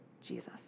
Jesus